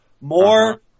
more